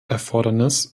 erfordernis